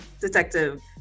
detective